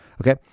Okay